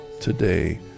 today